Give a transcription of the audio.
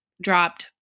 dropped